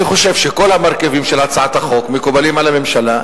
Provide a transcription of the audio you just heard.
אני חושב שכל המרכיבים של הצעת החוק מקובלים על הממשלה,